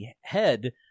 head